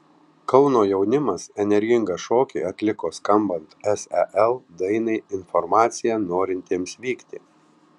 kauno jaunimas energingą šokį atliko skambant sel dainai informacija norintiems vykti